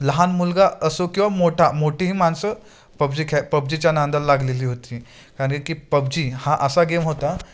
लहान मुलगा असो किंवा मोठा मोठीही मानसं पबजी खेळ पबजीच्या नादाला लागलेली होती कारण की पबजी हा असा गेम होता